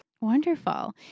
Wonderful